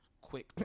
quick